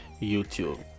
YouTube